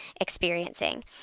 experiencing